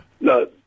No